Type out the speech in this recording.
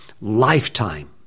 lifetime